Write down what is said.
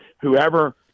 whoever